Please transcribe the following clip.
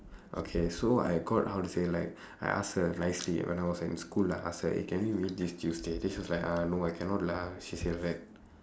okay so I called how to say like I ask her nicely when I was in school lah I ask her eh can we meet this tuesday then she was like uh no I cannot lah she say right